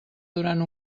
durant